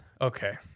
Okay